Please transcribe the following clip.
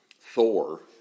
Thor